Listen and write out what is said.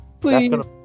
Please